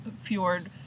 fjord